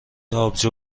آبجو